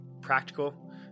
practical